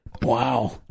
Wow